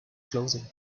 clothing